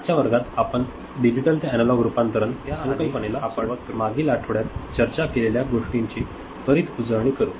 आजच्या वर्गात आपण डिजिटल ते अॅनालॉग रूपांतरण संकल्पनेला सुरुवात करू आणि त्याआधी आपण मागील आठवड्यात चर्चा केलेल्या गोष्टींची त्वरित उजळणी करू